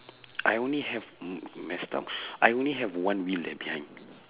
I only have m~ messed up I only have one wheel leh behind